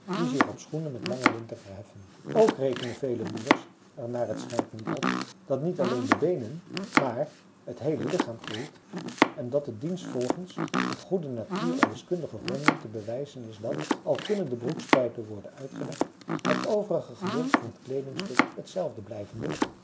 die zich op schoenen met lange linten verheffen ook rekenen vele moeders er naar t schijnt niet op dat niet alleen de beenen maar het geheele lichaam groeit en dat het diensvolgens op goede natuur en wiskundige gronden te bewijzen is dat al kunnen de broekspijpen worden uitgelegd het overige gedeelte van dat kleedingstuk hetzelfde blijvende